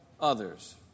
others